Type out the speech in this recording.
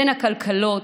בין הכלכלות,